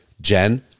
Jen